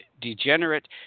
degenerate